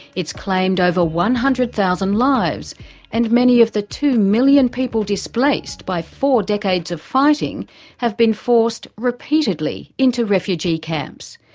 it's claimed over one hundred thousand lives and many of the two million people displaced by four decades of fighting have been forced repeatedly into refugee camps.